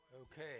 okay